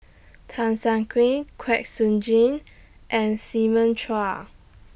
Tan Siak Cream Kwek Siew Jin and Simon Chua